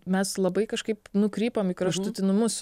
mes labai kažkaip nukrypom į kraštutinumus